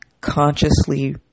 consciously